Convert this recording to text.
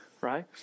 right